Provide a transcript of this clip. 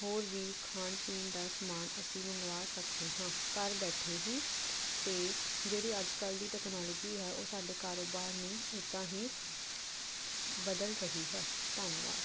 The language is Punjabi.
ਹੋਰ ਵੀ ਖਾਣ ਪੀਣ ਦਾ ਸਮਾਨ ਅਸੀਂ ਮੰਗਵਾ ਸਕਦੇ ਹਾਂ ਘਰ ਬੈਠੇ ਹੀ ਅਤੇ ਜਿਹੜੀ ਅੱਜ ਕੱਲ੍ਹ ਦੀ ਟੈਕਨੋਲੋਜੀ ਹੈ ਉਹ ਸਾਡੇ ਕਾਰੋਬਾਰ ਨੂੰ ਇੱਦਾਂ ਹੀ ਬਦਲ ਰਹੀ ਹੈ ਧੰਨਵਾਦ